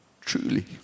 Truly